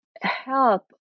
help